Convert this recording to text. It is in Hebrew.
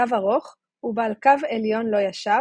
גב ארוך ובעל קו עליון לא ישר,